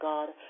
God